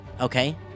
Okay